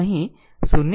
તેથી અહીં 0